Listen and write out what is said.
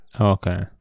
okay